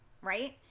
right